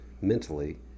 mentally